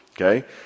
Okay